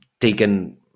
taken